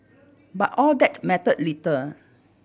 but all that mattered little